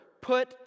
put